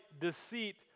deceit